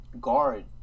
guard